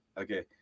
okay